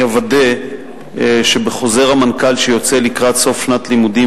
אני אוודא שבחוזר המנכ"ל שיוצא לקראת סוף שנת לימודים